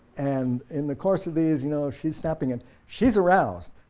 and in the course of these you know she's snapping and she's aroused,